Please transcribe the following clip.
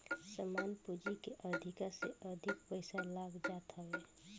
सामान्य पूंजी के अधिका से अधिक पईसा लाग जात हवे